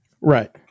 Right